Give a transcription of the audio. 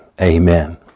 amen